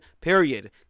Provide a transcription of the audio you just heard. period